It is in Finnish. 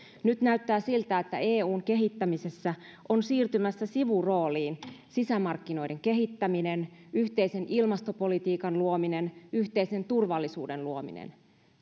nyt näyttää siltä että eun kehittämisessä on siirtymässä sivurooliin sisämarkkinoiden kehittäminen yhteisen ilmastopolitiikan luominen yhteisen turvallisuuden luominen